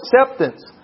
acceptance